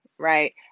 Right